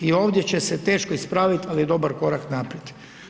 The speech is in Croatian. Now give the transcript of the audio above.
I ovdje će se teško ispraviti, ali je dobar korak naprijed.